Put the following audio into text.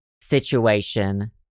situation